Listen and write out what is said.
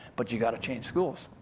but you gotta change schools.